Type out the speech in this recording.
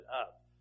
up